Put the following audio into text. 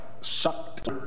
sucked